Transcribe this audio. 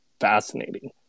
fascinating